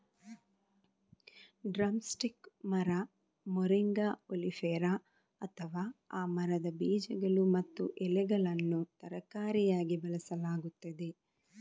drum stick ಮರ, moringa oleifera, ಅಥವಾ ಆ ಮರದ ಬೀಜಗಳು ಮತ್ತು ಎಲೆಗಳನ್ನು ತರಕಾರಿಯಾಗಿ ಬಳಸಲಾಗುತ್ತದೆ